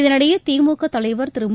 இதளிடையே திமுக தலைவா் திரு மு